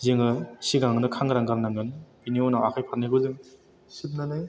जोङो सिगाङावनो खांग्रांग्रोनांगोन बेनिउनाव आखाइ फारनैखौ जों सिबनानै